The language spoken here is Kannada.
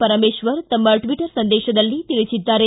ಪರಮೇಶ್ವರ್ ತಮ್ಮ ಟ್ವಿಟ್ ಸಂದೇಶದಲ್ಲಿ ತಿಳಿಸಿದ್ದಾರೆ